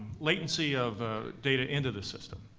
latency of ah data into the system.